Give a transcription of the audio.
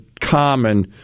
common